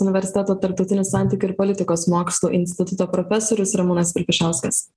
universiteto tarptautinių santykių ir politikos mokslų instituto profesorius ramūnas vilpišauskas